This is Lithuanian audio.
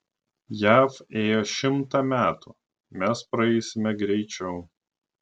jav ėjo šimtą metų mes praeisime greičiau